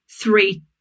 three